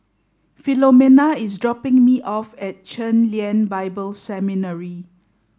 Philomena is dropping me off at Chen Lien Bible Seminary